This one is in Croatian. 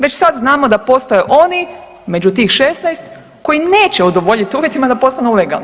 Već sad znamo da postoje oni među tih 16 koji neće udovoljiti uvjetima da postanu legalni.